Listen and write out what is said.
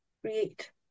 create